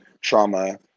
trauma